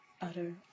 utter